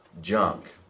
junk